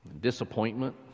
disappointment